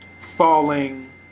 falling